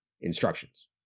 instructions